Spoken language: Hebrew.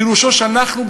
ופירושו של דבר שאנחנו,